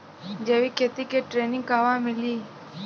जैविक खेती के ट्रेनिग कहवा मिली?